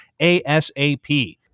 ASAP